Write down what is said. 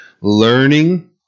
Learning